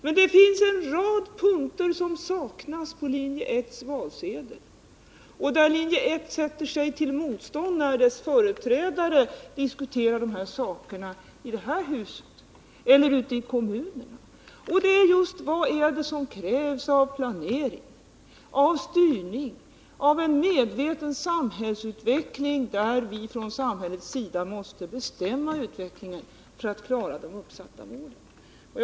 Men det finns en rad punkter som saknas på linje 1:s valsedel och där linje 1:s företrädare sätter sig till motvärn när de diskuterar de här sakerna i det här huset eller ute i kommunerna. Och det är just de punkter där man diskuterar vad det är som krävs av planering, av styrning, av en medveten samhällsutveckling — där vi anser att man från samhällets sida måste bestämma utvecklingen för att klara de uppsatta målen.